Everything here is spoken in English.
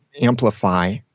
Amplify